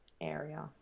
area